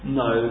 no